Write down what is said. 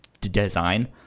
design